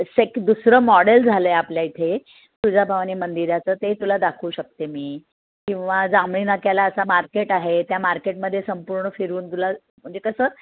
सेक दुसरं मॉडेल झालं आहे आपल्या इथे तुळजाभवानी मंदिराचं ते तुला दाखवू शकते मी किंवा जांभळी नाक्याला असं मार्केट आहे त्या मार्केटमध्ये संपूर्ण फिरून तुला म्हणजे कसं